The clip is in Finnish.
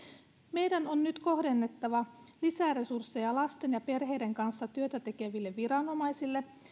meidän on nyt kohdennettava lisäresursseja lasten ja perheiden kanssa työtä tekeville viranomaisille